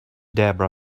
debra